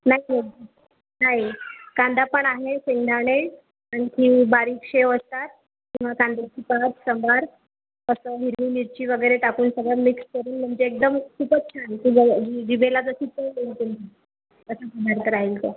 नाही नाही नाही कांदा पण आहे शेंगदाणे आणखी बारीक शेव असतात किंवा कांद्याची पात सांभार असं हिरवी मिरची वगैरे टाकून सगळं मिक्स करून म्हणजे एकदम खूपच छान तुझ्या जि जिभेला जशी चव येईल तुमच्या असंच नांत राहील तर